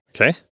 Okay